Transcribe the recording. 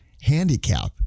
handicap